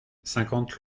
cinquante